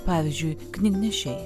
pavyzdžiui knygnešiai